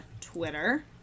Twitter